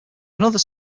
another